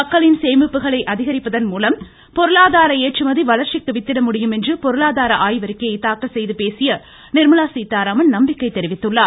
மக்களின் சேமிப்புகளை அதிகரிப்பதன் மூலம் பொருளாதார ஏற்றுமதி வளர்ச்சிக்கு வித்திட முடியும் என்று பொருளாதார ஆய்வறிக்கையை தாக்கல் செய்து பேசிய நிர்மலா சீதாராமன் நம்பிக்கை தெரிவித்துள்ளார்